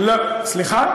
סליחה?